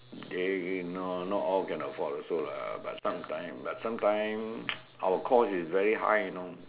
they no not all can afford also lah but sometimes but sometimes our cost is very high you know